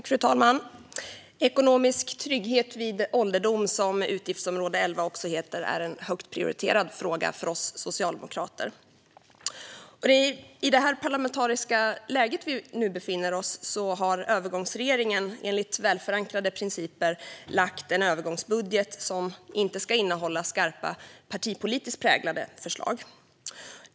Fru talman! Ekonomisk trygghet vid ålderdom, som utgiftsområde 11 heter, är en högt prioriterad fråga för oss socialdemokrater. I det parlamentariska läge vi nu befinner oss i har övergångsregeringen enligt välförankrade principer lagt fram en övergångsbudget som inte ska innehålla skarpa partipolitiskt präglade förslag.